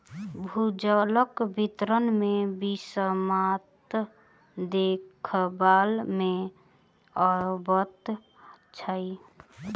भूजलक वितरण मे विषमता देखबा मे अबैत अछि